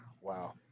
wow